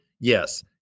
yes